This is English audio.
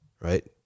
right